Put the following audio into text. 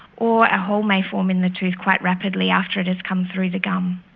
or a hole may form in the tooth quite rapidly after it has come through the gum.